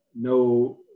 no